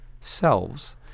selves